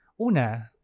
Una